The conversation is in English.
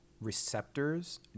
receptors